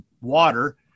water